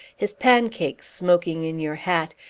his pancakes smoking in your hat,